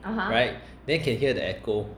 right then can hear the echo